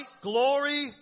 Glory